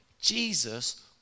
Jesus